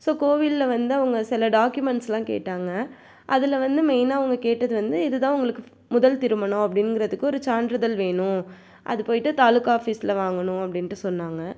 so கோவிலில் வந்து அவங்க சில டாக்யூமெண்ட்ஸ்லாம் கேட்டாங்க அதில் வந்து மெயின்னா அவங்க கேட்டது வந்து இது தான் உங்களுக்கு முதல் திருமணம் அப்படிங்கிறதுக்கு ஒரு சான்றுதழ் வேணும் அது போய்ட்டு தாலுக்கா ஆஃபீஸில் வாங்கணும் அப்படின்ட்டு சொன்னாங்க